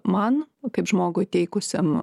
man kaip žmogui teikusiam